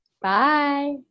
Bye